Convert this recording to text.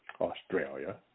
Australia